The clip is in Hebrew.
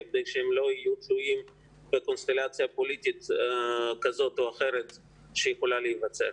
כדי שהם לא יהיו תלויים בקונסטלציה פוליטית שיכולה להיווצר.